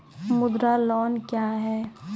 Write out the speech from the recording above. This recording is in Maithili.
मुद्रा लोन क्या हैं?